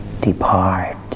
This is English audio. Depart